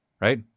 right